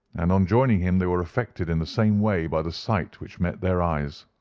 and on joining him they were affected in the same way by the sight which met their eyes.